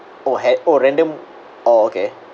!oh! had !oh! orh random okay